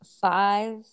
five